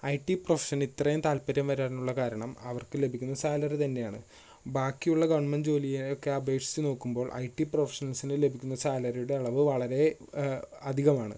I T പ്രൊഫഷന് ഇത്രയും താല്പര്യം വരാനുള്ള കാരണം അവര്ക്ക് ലഭിക്കുന്ന സാലറി തന്നെയാണ് ബാക്കിയുള്ള ഗവണ്മെന്റ് ജോലിയൊക്കെ അപേക്ഷിച്ച് നോക്കുമ്പോള് ഐ ടി പ്രൊഫഷണല്സിന് ലഭിക്കുന്ന സാലറിയുടെ അളവ് വളരെ അധികമാണ്